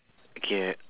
okay